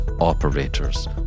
operators